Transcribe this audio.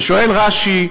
ושואל רש"י: